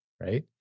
right